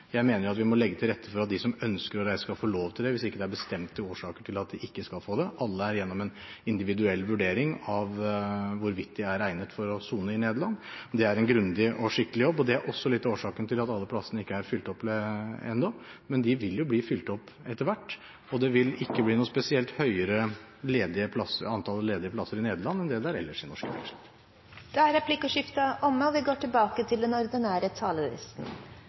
Jeg mener at vi må legge til rette for at de som ønsker å reise, skal få lov til det, hvis det ikke er bestemte årsaker til at de ikke skal få lov til det. Alle er igjennom en individuell vurdering av hvorvidt de er egnet til å sone i Nederland. Det gjøres en grundig og skikkelig jobb. Det er også litt av årsaken til at alle plassene ikke er fylt opp ennå, men de vil bli fylt opp etter hvert. Det vil ikke bli noe spesielt høyere antall ledige plasser i Nederland enn det er ellers i norske fengsler. Replikkordskiftet er omme.